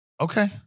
Okay